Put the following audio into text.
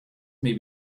may